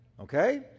okay